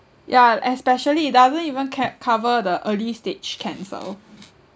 yeah especially it doesn't even care~ cover the early stage cancer